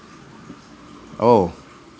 oh